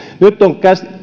nyt on